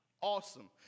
Awesome